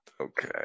Okay